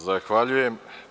Zahvaljujem.